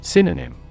Synonym